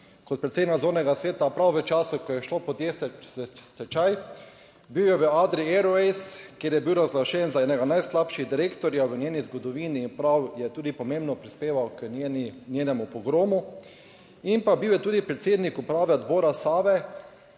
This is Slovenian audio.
kot predsednik nadzornega sveta prav v času, ko je šlo podjetje v stečaj. Bil je v Adrii Airways, kjer je bil razglašen za enega najslabših direktorjev v njeni zgodovini in prav je tudi pomembno prispeval k njeni, njenemu pogromu. Bil je tudi predsednik uprave odbora Save,